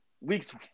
Weeks